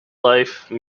life